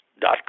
dot